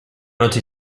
noche